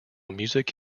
music